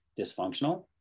dysfunctional